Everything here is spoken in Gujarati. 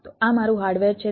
તો આ મારું હાર્ડવેર છે